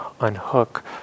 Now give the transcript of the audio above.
unhook